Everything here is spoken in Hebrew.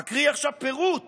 אקריא עכשיו פירוט